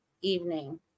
evening